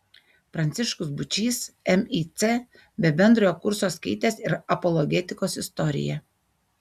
pranciškus būčys mic be bendrojo kurso skaitęs ir apologetikos istoriją